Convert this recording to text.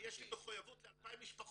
יש לי מחויבות ל-2,000 משפחות.